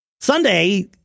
Sunday